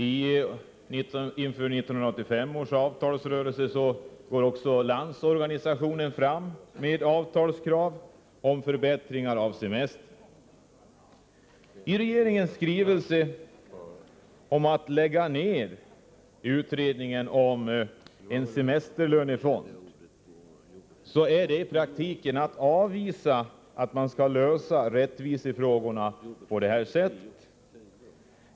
Inför 1985 års avtalsrörelse går också Landsorganisationen fram med avtalskrav om förbättringar av semestern. I regeringens skrivelse föreslår man att utredningen om en semesterlönefond skall läggas ned. Det innebär i praktiken att man avvisar att lösa rättvisefrågorna på detta sätt.